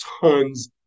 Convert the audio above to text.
tons